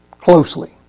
closely